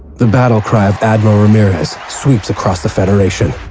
the battle-cry of admiral ramirez sweeps across the federation.